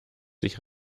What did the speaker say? sich